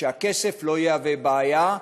שהכסף לא יהווה בעיה,